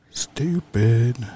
stupid